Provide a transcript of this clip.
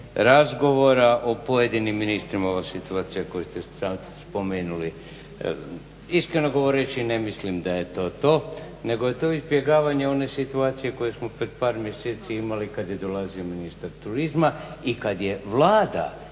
razgovora o pojedinim ministrima, ova situacija koju ste sad spomenuli. Iskreno govoreći ne mislim da je to to nego je to izbjegavanje one situacije koju smo pred par mjeseci imali kad je dolazio ministar turizma i kad je Vlada